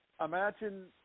imagine